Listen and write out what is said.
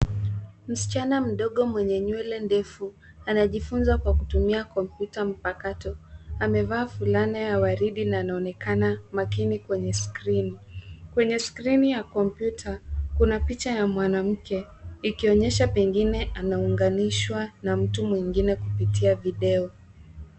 Msichana mdogo mwenye nywele ndefu, anajifunza kwa kutumia kompyuta mpakato. Amevaa fulana ya waridi na anaonekana makini kwenye screen . Kwenye screen ya kompyuta, kuna picha ya mwanamke, ikionyesha pengine anaunganishwa na mtu mwingine kupitia video.